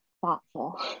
thoughtful